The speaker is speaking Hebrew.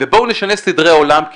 ובואו נשנה סדרי עולם.